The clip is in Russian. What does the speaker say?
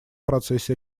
процессе